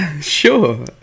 sure